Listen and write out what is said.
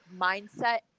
mindset